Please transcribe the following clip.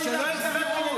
מהפכה,